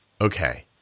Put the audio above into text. Okay